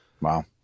Wow